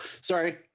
Sorry